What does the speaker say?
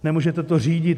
Nemůžete to řídit.